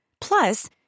Plus